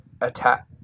attack